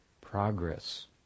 progress